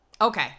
Okay